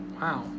wow